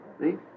See